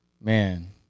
man